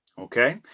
Okay